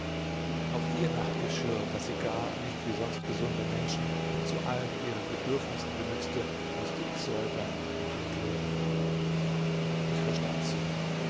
auch ihr nachtgeschirr das sie gar nicht wie sonst gesunde menschen zu allen ihren bedürfnissen benützte mußte ich säubern und entleeren ich verstand sie